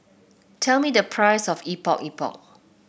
tell me the price of Epok Epok